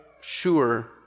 sure